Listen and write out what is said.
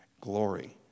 Glory